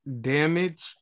Damage